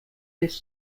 this